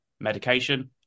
medication